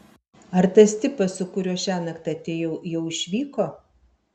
ar tas tipas su kuriuo šiąnakt atėjau jau išvyko